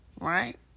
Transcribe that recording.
Right